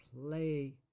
play